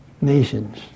nations